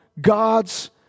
God's